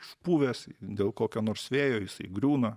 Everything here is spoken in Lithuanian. išpuvęs dėl kokio nors vėjo jisai griūna